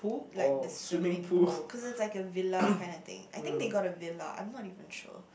like the swimming pool cause it's like a villa kinda thing I think they got a Villa I'm not even sure